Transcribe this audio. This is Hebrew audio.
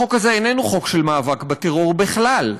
החוק הזה איננו חוק של מאבק בטרור בכלל.